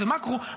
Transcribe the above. זה מקרו,